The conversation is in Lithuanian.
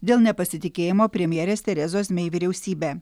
dėl nepasitikėjimo premjerės terezos mei vyriausybe